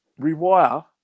rewire